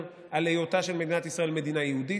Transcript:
על היותה של מדינת ישראל מדינה יהודית,